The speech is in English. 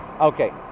okay